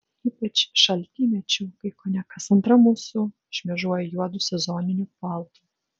ypač šaltymečiu kai kone kas antra mūsų šmėžuoja juodu sezoniniu paltu